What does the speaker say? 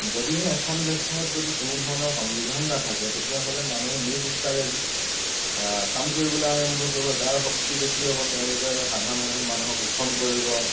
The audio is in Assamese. যদিহে এখন দেশত যদি কোনো ধৰণৰ সংবিধান নাথাকে তেতিয়াহ'লে মানুহে নিজ ইচ্ছাৰে কাম কৰিবলৈ আৰম্ভ কৰিব যাৰ শক্তি বেছি হ'ব তেওঁলোকে সাধাৰণ সাধাৰণ মানুহক শোষণ কৰিব